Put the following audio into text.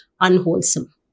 unwholesome